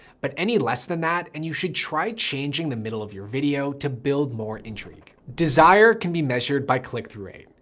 but any less than that, and you should try changing the middle of your video to build more intrigue. desire can be measured by click through rate.